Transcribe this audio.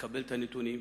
לקבל את הנתונים,